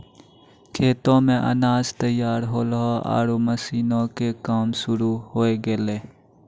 खेतो मॅ अनाज तैयार होल्हों आरो मशीन के काम शुरू होय गेलै